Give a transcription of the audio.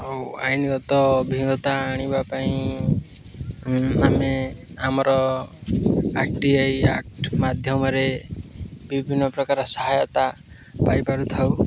ଆଉ ଆଇନଗତ ଅଭିଜ୍ଞତା ଆଣିବା ପାଇଁ ଆମେ ଆମର ଆର୍ ଟି ଆଇ ଆକ୍ଟ ମାଧ୍ୟମରେ ବିଭିନ୍ନ ପ୍ରକାର ସହାୟତା ପାଇପାରୁଥାଉ